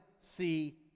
see